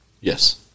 Yes